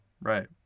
right